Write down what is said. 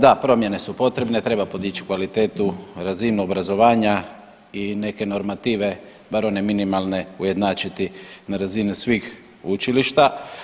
Da, promjene su potrebne, treba podić kvalitetu i razinu obrazovanja i neke normative, bar one minimalne ujednačiti na razini svih učilišta.